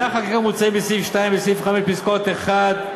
החקיקה המוצעים בסעיף 2 ובסעיף 5 פסקאות (1),